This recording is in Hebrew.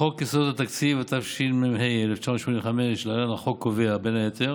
חוק יסודות התקציב, התשמ"ה 1985, קובע בין היתר